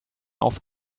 auf